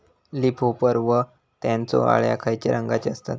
Leaf hopper व त्यानचो अळ्या खैचे रंगाचे असतत?